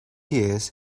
years